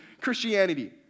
Christianity